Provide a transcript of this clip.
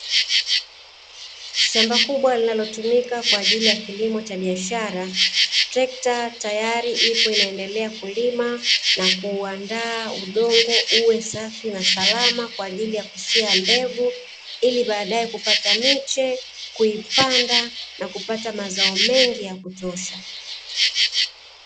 Shamba kubwa linalotumika kwa ajili ya kilimo cha biashara, trekta tayari ipo inaendelea kulima na kuuandaa udongo uwe safi na salama kwa ajili ya kusia mbegu, ili badae kupata miche, kuipanda na kupata mazao mengi ya kutosha.